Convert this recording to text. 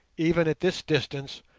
even at this distance,